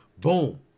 boom